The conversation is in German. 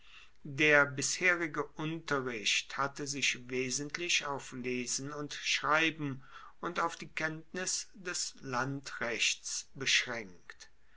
der bisherige unterricht hatte sich wesentlich auf lesen und schreiben und auf die kenntnis des landrechts beschraenkt